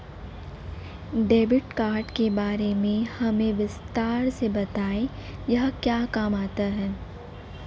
Debit card के बारे में हमें विस्तार से बताएं यह क्या काम आता है?